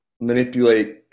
manipulate